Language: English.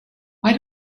why